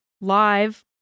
live